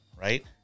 right